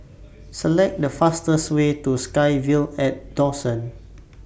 Select The fastest Way to SkyVille At Dawson